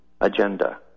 agenda